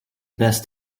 best